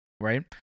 right